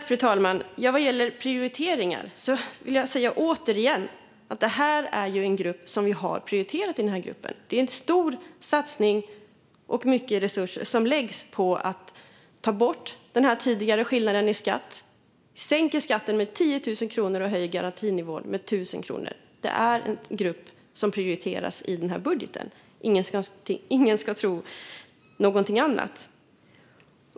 Fru talman! Vad gäller prioriteringar vill jag återigen säga att det här är en grupp som vi har prioriterat. Det är en stor satsning, och det läggs mycket resurser på att ta bort den här tidigare skillnaden i skatt. Vi sänker skatten med 10 000 kronor om året och höjer garantinivån med 1 000 kronor i månaden. Det är en grupp som prioriteras i den här budgeten. Ingen ska tro någonting annat.